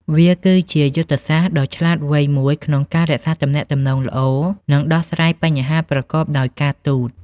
វាគឺជាយុទ្ធសាស្ត្រដ៏ឆ្លាតវៃមួយក្នុងការរក្សាទំនាក់ទំនងល្អ និងដោះស្រាយបញ្ហាប្រកបដោយការទូត។